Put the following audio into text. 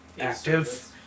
active